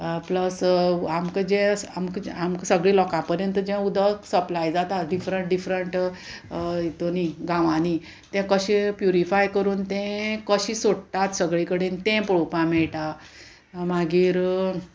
plus आमकां जें आमकां आमकां सगळें लोकां पर्यंत जें उदक सप्लाय जाता डिफरंट डिफरंट हितूनी गांवांनी तें कशें प्युरिफाय करून तें कशें सोडटात सगळे कडेन तें पळोवपा मेळटा मागीर